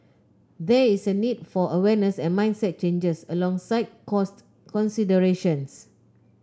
there is a need for awareness and mindset changes alongside cost considerations